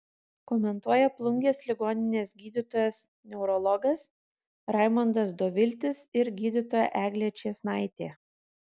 komentuoja plungės ligoninės gydytojas neurologas raimondas doviltis ir gydytoja eglė čėsnaitė